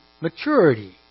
maturity